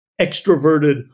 extroverted